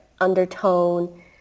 undertone